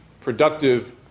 productive